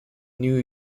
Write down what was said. new